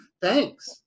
Thanks